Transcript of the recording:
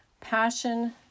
Passion